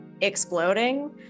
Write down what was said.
exploding